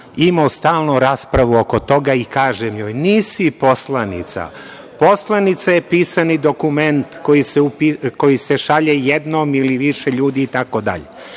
imao stalno raspravu oko toga i kažem joj – nisi poslanica, poslanica je pisani dokument koji se šalje jednom ili više ljudi itd. Sad,